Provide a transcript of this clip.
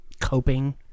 coping